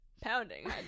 pounding